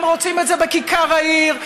הם רוצים את זה בכיכר העיר,